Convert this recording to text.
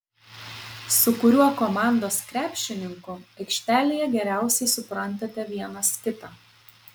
su kuriuo komandos krepšininku aikštelėje geriausiai suprantate vienas kitą